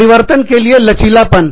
परिवर्तन के लिए लचीलापन